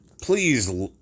please